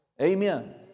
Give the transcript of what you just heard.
Amen